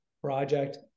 project